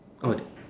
oh the